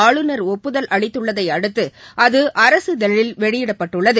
ஆளுநர் ஒப்புதல் அளித்துள்ளதை அடுத்து அது அரசிதழில் வெளியிடப்பட்டுள்ளது